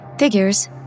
Figures